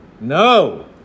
No